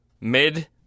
Mid